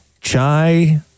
Chai